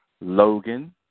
Logan